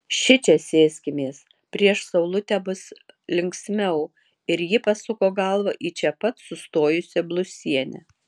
šičia sėskimės prieš saulutę bus linksmiau ir ji pasuko galvą į čia pat sustojusią blusienę